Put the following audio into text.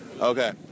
Okay